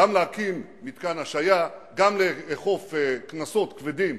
גם להקים מתקן שהייה, גם לאכוף קנסות כבדים